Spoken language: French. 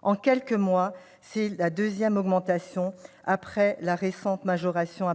En quelques mois, c'est la deuxième augmentation, après la récente majoration